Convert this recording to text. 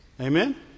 Amen